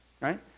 right